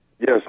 Yes